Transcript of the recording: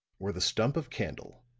were the stump of candle,